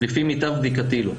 לפי מיטב בדיקתי לא.